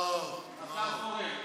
השר פורר,